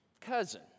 cousin